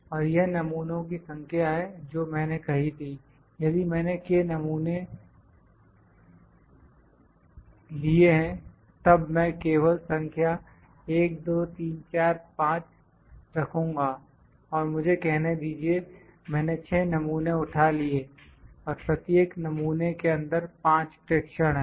और यह नमूनों की संख्या है जो मैंने कही थी यदि मैंने k नमूने लिए तब मैं केवल संख्या 1 2 3 4 5 रखूंगा और मुझे कहने दीजिए मैंने 6 नमूने उठा लिए और प्रत्येक नमूने के अंदर 5 प्रेक्षण है